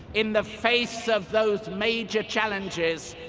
in the face of those major challenges,